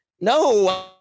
no